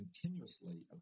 continuously